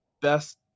best